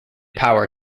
power